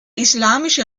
islamische